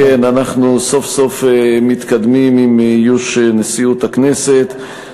כן, אנחנו סוף-סוף מתקדמים עם איוש נשיאות הכנסת.